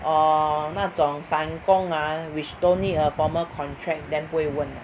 or 那种散工 ah which don't need a formal contract then 不会问 lah